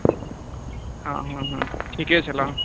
हँ हँ हँ ठीके छलाह